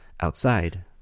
outside